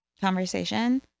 conversation